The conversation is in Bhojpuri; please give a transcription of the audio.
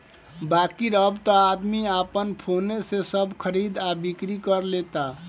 बाकिर अब त आदमी आपन फोने से सब खरीद आ बिक्री कर लेता